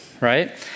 right